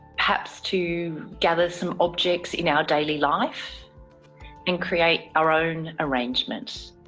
perhaps to gather some objects in our daily life and create our own arrangement.